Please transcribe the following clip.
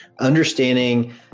understanding